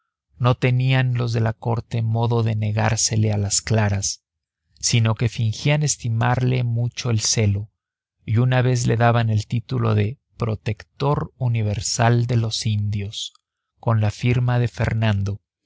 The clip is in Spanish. no tenían los de la corte modo de negársele a las claras sino que fingían estimarle mucho el celo y una vez le daban el título de protector universal de los indios con la firma de fernando